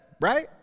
right